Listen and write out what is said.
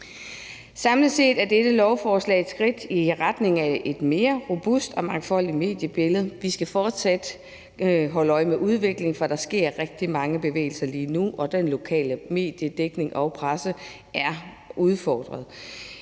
Samlet set er dette lovforslag et skridt i retning af et mere robust og mangfoldigt mediebillede. Vi skal fortsat holde øje med udviklingen, for der sker rigtig mange bevægelser lige nu, og den lokale mediedækning og presse er udfordret.